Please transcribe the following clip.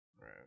Right